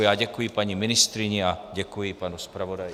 Já děkuji paní ministryni a děkuji panu zpravodaji.